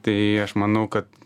tai aš manau kad